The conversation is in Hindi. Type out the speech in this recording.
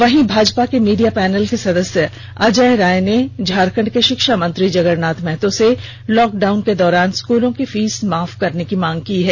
वहीं भाजपा के मीडिया पैनल के सदस्य अजय राय ने झारखंड के षिक्षा मंत्री जगरनाथ महतो से लॉकडाउन के दौरान स्कूलों की फीस माफ करने की मांग की है